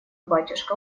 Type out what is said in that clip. батюшка